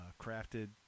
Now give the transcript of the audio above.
crafted